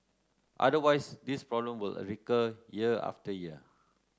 otherwise this problem will recur year after year